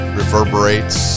reverberates